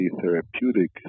therapeutic